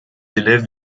élèves